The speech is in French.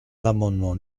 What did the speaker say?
l’amendement